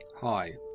Hi